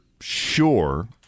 sure